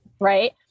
Right